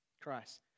Christ